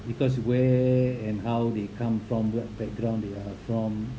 because where and how they come from what background they are from